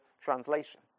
translation